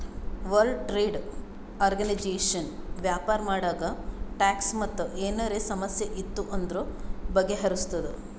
world trade organization ವ್ಯಾಪಾರ ಮಾಡಾಗ tax ಮತ್ ಏನರೇ ಸಮಸ್ಯೆ ಇತ್ತು ಅಂದುರ್ ಬಗೆಹರುಸ್ತುದ್